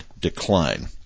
decline